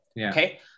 Okay